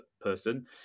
person